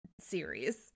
series